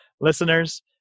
listeners